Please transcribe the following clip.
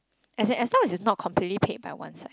as in as long as it's not completely paid by one side